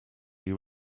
you